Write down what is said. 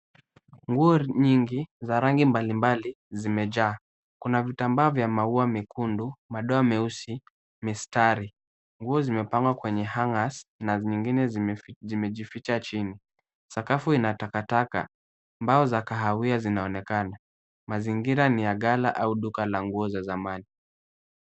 Nguo nyingi za rangi mbalimbali, zimeja, kuna vitambaa vya maua mekundu, madoa meusi mistari, nguo zimepangwa kwenye hungers , na vingine zimeficha chini, sakafu inatakataka, mbao za kahawia zinaonekana, mazingira ni ya ghala au duka la nguo za zamani.